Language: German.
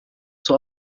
zur